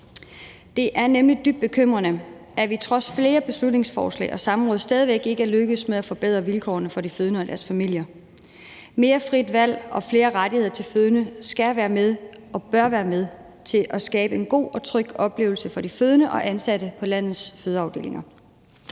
Det er nemlig dybt bekymrende, at vi trods flere beslutningsforslag og samråd stadig væk ikke er lykkedes med at forbedre vilkårene for de fødende og deres familier. Mere frit valg og flere rettigheder til fødende skal være med og bør være med til at skabe en god og tryg oplevelse for de fødende og de ansatte på landets fødeafdelinger.